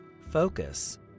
focus